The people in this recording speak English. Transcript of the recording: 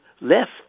left